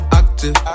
active